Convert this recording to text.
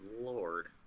lord